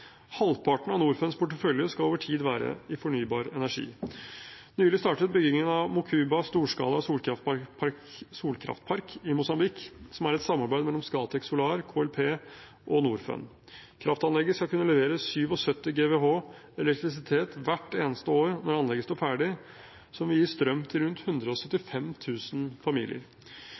Halvparten av Norfunds portefølje skal over tid være i fornybar energi. Nylig startet byggingen av Mocuba storskala solkraftpark i Mosambik, som er et samarbeid mellom Scatec Solar, KLP og Norfund. Kraftanlegget skal kunne levere 77 GWh elektrisitet hvert eneste år når anlegget står ferdig. Det vil gi strøm til rundt 175 000 familier.